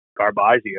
Garbazio